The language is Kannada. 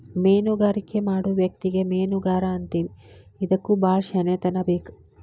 ಮೇನುಗಾರಿಕೆ ಮಾಡು ವ್ಯಕ್ತಿಗೆ ಮೇನುಗಾರಾ ಅಂತೇವಿ ಇದಕ್ಕು ಬಾಳ ಶ್ಯಾಣೆತನಾ ಬೇಕ